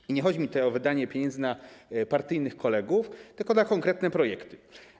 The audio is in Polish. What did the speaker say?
I nie chodzi mi tutaj o wydawanie pieniędzy na partyjnych kolegów, tylko na konkretne projekty.